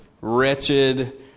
wretched